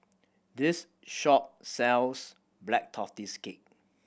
this shop sells Black Tortoise Cake